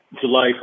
July